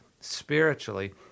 spiritually